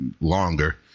longer